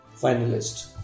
Finalist